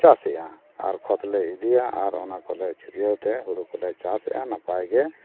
ᱪᱟᱥᱮᱫᱼᱟ ᱟᱨ ᱠᱷᱚᱛᱞᱮ ᱤᱫᱤᱭᱟ ᱟᱨ ᱚᱱᱟᱠᱚᱞᱮ ᱪᱷᱩᱲᱤᱭᱟᱹᱣᱛᱮ ᱦᱩᱲᱩ ᱠᱚᱞᱮ ᱪᱟᱥᱮᱫᱼᱟ ᱱᱟᱯᱟᱭᱜᱮ